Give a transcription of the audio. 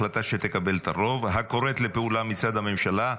ההחלטה שתקבל את הרוב הקוראת לפעולה מצד הממשלה,